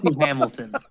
hamilton